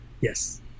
Yes